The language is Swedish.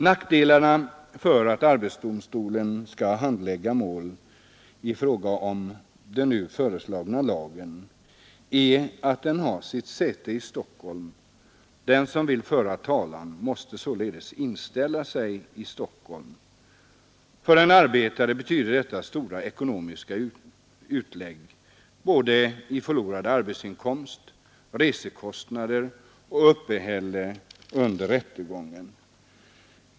Nackdelarna med att arbetsdomstolen skall handlägga mål i fråga om den nu föreslagna lagen är att domstolen har sitt säte i Stockholm. Den som vill föra talan måste således inställa sig i Stockholm. För en arbetare betyder det stora ekonomiska utlägg i förlorad arbetsinkomst, resekostnader och uppehälle under rättegången.